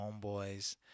homeboys